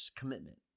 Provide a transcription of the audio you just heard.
commitment